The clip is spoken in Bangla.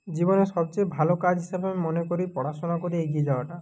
জীবনে সবচেয়ে ভালো কাজ হিসাবে আমি মনে করি পড়াশোনা করে এগিয়ে যাওয়াটা